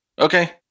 Okay